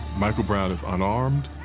michael brown is unarmed.